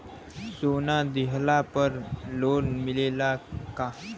सोना दिहला पर लोन मिलेला का?